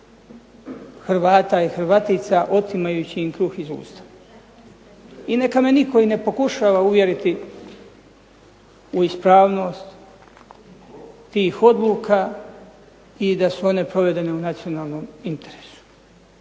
Hrvata i Hrvatica otimajući im kruh iz usta. I neka me nitko i ne pokušava uvjeriti u ispravnost tih odluka i da su one provedene u nacionalnom interesu